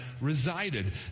resided